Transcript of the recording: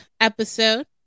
episode